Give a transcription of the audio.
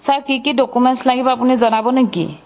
sir কি কি documents লাগিব আপুনি জনাব নেকি